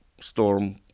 storm